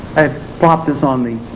dropped this on the